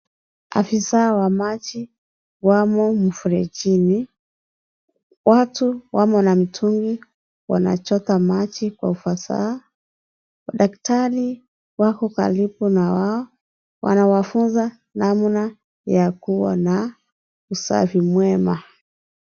Afisa wa maji wamo mferejini, watu wamo na mitungi wanachota maji kwa ufasaha, mafakatri wako karibu na wao wanawafunza namna ya kuwa na usafi mwema.